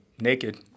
naked